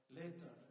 later